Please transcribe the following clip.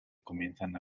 comienzan